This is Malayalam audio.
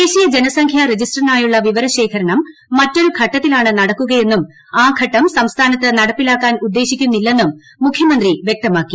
ദേശീയ ജനസംഖ്യാ രജിസ്റ്ററിനായുള്ള വിവരശേഖരണം മറ്റൊരു ഘട്ടത്തിലാണ് നടക്കുകയെന്നും ആ ഘട്ടം സംസ്ഥാനത്ത് നടപ്പിലാക്കാൻ ഉദ്ദേശിക്കുന്നില്ലെന്നും മുഖ്യമന്ത്രി വൃക്തമാക്കി